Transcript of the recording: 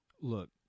Look